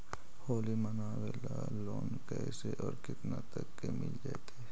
होली मनाबे ल लोन कैसे औ केतना तक के मिल जैतै?